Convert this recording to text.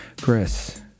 Chris